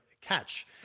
catch